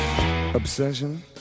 obsession